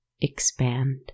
Expand